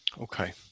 Okay